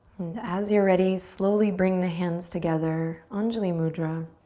and as you're ready, slowly bring the hands together, anjuli mudra.